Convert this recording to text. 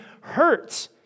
hurt